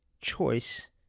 choice